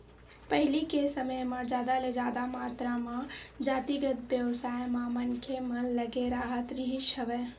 पहिली के समे म जादा ले जादा मातरा म जातिगत बेवसाय म मनखे मन लगे राहत रिहिस हवय